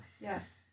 Yes